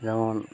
যেমন